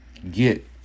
get